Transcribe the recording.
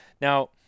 Now